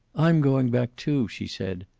i'm going back, too, she said.